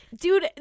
dude